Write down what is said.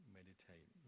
meditate